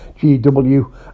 GW